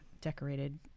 decorated